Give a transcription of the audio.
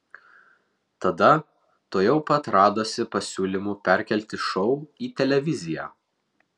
tada tuojau pat radosi pasiūlymų perkelti šou į televiziją